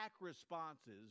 responses